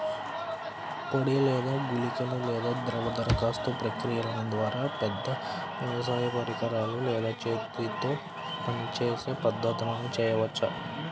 పొడి లేదా గుళికల లేదా ద్రవ దరఖాస్తు ప్రక్రియల ద్వారా, పెద్ద వ్యవసాయ పరికరాలు లేదా చేతితో పనిచేసే పద్ధతులను చేయవచ్చా?